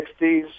1960s